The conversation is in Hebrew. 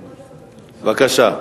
בבקשה.